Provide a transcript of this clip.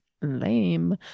lame